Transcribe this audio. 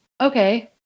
okay